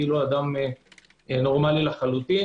כאילו הוא אדם מנורמלי לחלוטין.